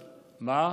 כן.